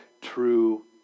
true